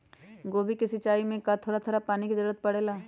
गोभी के सिचाई में का थोड़ा थोड़ा पानी के जरूरत परे ला?